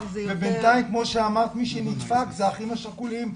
ובינתיים כמו שאמרת מי שנדפק זה האחים השכולים,